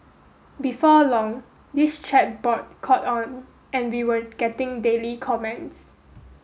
before long this chat board caught on and we were getting daily comments